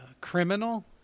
criminal